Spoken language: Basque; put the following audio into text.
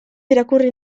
irakurri